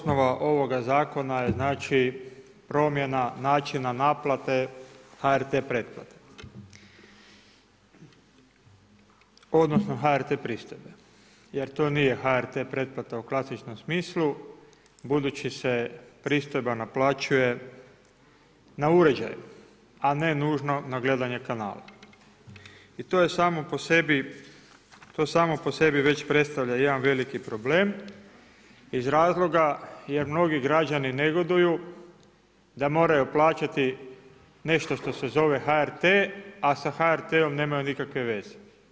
Osnova ovoga zakona je promjena načina naplate HRT pretplate odnosno HRT pristojbe jer to nije HRT pretplata u klasičnom smislu budući se pristojba naplaćuje na uređaj a ne nužno na gledanje kanala i to je samo po sebi već predstavlja jedan veliki problem iz razloga jer mnogi građani negoduju da moraju plaćati nešto što se zove HRT a s HRT-om nemaju nikakve veze.